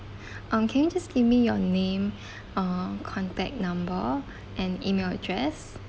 um can you just give me your name uh contact number and email address